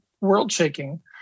world-shaking